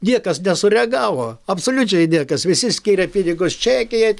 niekas nesureagavo absoliučiai niekas visi skiria pinigus čekijai